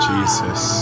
Jesus